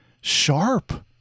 sharp